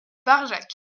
barjac